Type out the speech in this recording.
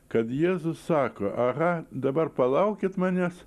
kad jėzus sako aha dabar palaukit manęs